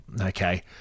okay